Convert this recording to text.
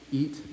eat